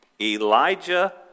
Elijah